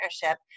partnership